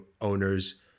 Owners